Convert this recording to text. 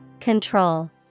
Control